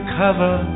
cover